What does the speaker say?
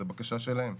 זו בקשה שלהם,